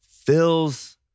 fills